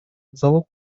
залог